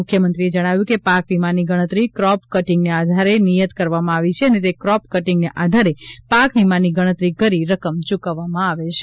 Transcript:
મુખ્યમંત્રીએ જણાવ્યું કે પાક વીમાની ગણતરી ક્રોપ કટિંગને આધારે નિયત કરવામાં આવી છે અને તે ક્રોપ કટિંગને આધારે પાક વીમાની ગણતરી કરી રકમ ચૂકવવામાં આવે છે